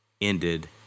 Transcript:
ended